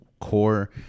core